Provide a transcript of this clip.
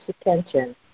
attention